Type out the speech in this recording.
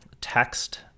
text